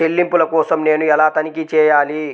చెల్లింపుల కోసం నేను ఎలా తనిఖీ చేయాలి?